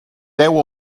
deu